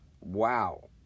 Wow